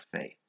faith